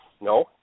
No